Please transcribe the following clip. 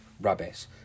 rubbish